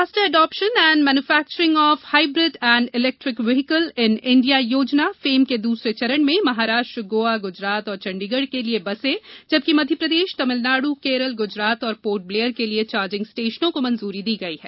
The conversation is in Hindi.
faster adoption and manufacturing of hybrid and electric vehicle in India योजना फेम के दूसरे चरण में महाराष्ट्र गोवा गूजरात और चंडीगढ़ के लिए बसें जबकि मध्य प्रदेश तमिलनाडू केरल गुजरात और पोर्ट ब्लेयर के लिए चार्जिंग स्टेशनों को मंजूरी दी गई है